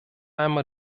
einmal